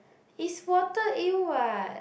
it's water eel what